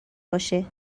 باشه